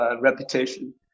reputation